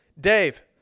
Dave